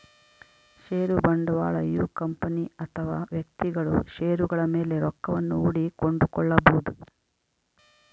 ಷೇರು ಬಂಡವಾಳಯು ಕಂಪನಿ ಅಥವಾ ವ್ಯಕ್ತಿಗಳು ಷೇರುಗಳ ಮೇಲೆ ರೊಕ್ಕವನ್ನು ಹೂಡಿ ಕೊಂಡುಕೊಳ್ಳಬೊದು